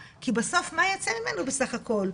כי בסוף מה ייצא ממנו בסך הכל?